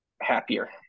happier